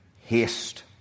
haste